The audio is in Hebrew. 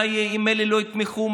ומה יהיה אם אלה לא יתמכו,